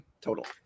total